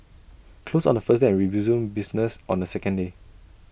closed on the first day and resumes business on the second day